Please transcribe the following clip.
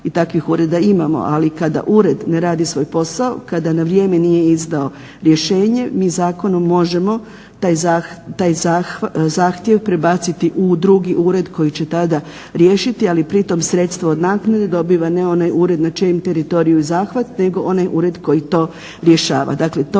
i takvih ureda imamo. Ali kada ured ne radi svoj posao, kada na vrijeme nije izdao rješenje mi zakonom možemo taj zahtjev prebaciti u drugi ured koji će tada riješiti, ali pritom sredstvo od naknade dobiva ne onaj ured na čijem teritoriju je zahvat, nego onaj ured koji to rješava.